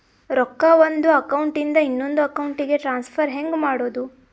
ರೊಕ್ಕ ಒಂದು ಅಕೌಂಟ್ ಇಂದ ಇನ್ನೊಂದು ಅಕೌಂಟಿಗೆ ಟ್ರಾನ್ಸ್ಫರ್ ಹೆಂಗ್ ಮಾಡೋದು?